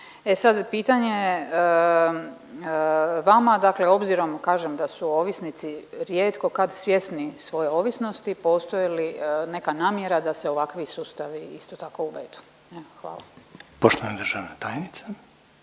e sad pitanje je vama dakle obzirom kažem da su ovisnici rijetko kad svjesni svoje ovisnosti postoji li neka namjera da se ovakvi sustavi isto tako uvedu? Evo hvala. **Reiner,